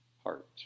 heart